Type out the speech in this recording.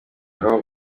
aho